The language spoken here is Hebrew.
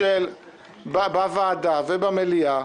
-- בוועדה ובמליאה,